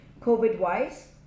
COVID-wise